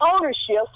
ownership